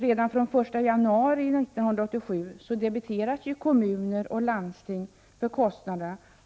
Redan från 1 januari 1987 debiteras ju kommuner och landsting kostnaderna.